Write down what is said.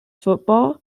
football